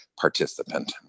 participant